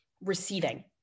receiving